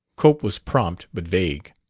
cope was prompt, but vague.